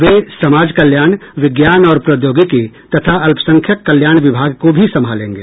वे समाज कल्याण विज्ञान और प्रोद्यौगिकी तथा अल्पसंख्यक कल्याण विभाग को भी संभालेंगे